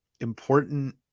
important